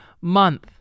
month